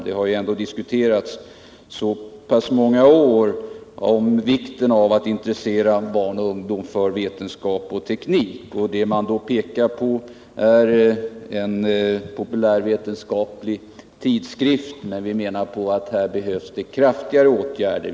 Det har ju ändå så många år talats om vikten av att intressera barn och ungdom för vetenskap och teknik. Vad man då pekar på är en populärvetenskaplig tidskrift, men vi menar att här behövs det kraftigare åtgärder.